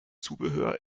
zubehör